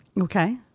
Okay